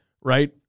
right